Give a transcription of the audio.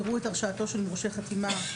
יראו את הרשאתו של מורשה חתימה,